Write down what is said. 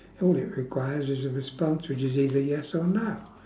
all it requires is a response which is either yes or no